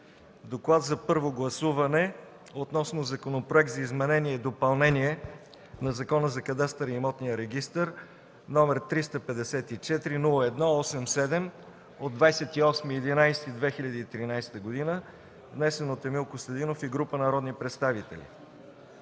„ДОКЛАД за първо гласуване относно Законопроект за изменение и допълнение на Закона за кадастъра и имотния регистър № 354-01-87 от 28 ноември 2013г., внесен от Емил Костадинов и група народни представители